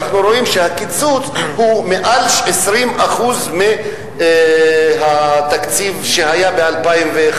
אנחנו רואים שהקיצוץ הוא מעל 20% מהתקציב שהיה ב-2001.